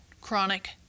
chronic